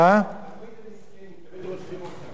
הערבים תמיד מסכנים, תמיד רודפים אותם.